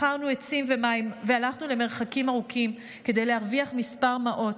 מכרנו עצים ומים והלכנו מרחקים ארוכים כדי להרוויח כמה מעות.